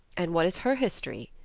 and what is her history?